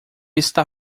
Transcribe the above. está